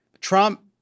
Trump